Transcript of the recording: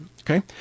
Okay